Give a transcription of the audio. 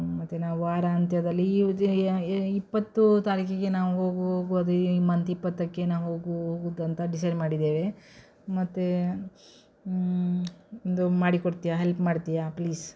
ಮತ್ತು ನಾವು ವಾರಾಂತ್ಯದಲ್ಲಿ ಈ ಇಪ್ಪತ್ತು ತಾರೀಕಿಗೆ ನಾವು ಹೋಗು ಹೋಗ್ವದು ಈ ಮಂತ್ ಇಪ್ಪತ್ತಕ್ಕೆ ನಾವು ಹೋಗು ಹೋಗುವುದಂತ ಡಿಸೈಡ್ ಮಾಡಿದ್ದೇವೆ ಮತ್ತು ಒಂದು ಮಾಡಿಕೊಡ್ತಿಯಾ ಹೆಲ್ಪ್ ಮಾಡ್ತಿಯಾ ಪ್ಲೀಸ್